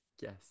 Yes